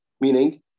Meaning